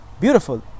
beautiful